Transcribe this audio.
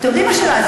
אתם יודעים מה הזוי?